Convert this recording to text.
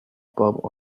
pub